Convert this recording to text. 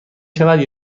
شود